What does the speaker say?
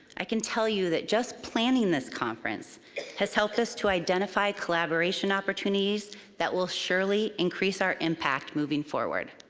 i can tell you that just planning this conference has helped us to identify collaboration opportunities that will surely increase our impact moving forward.